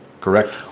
Correct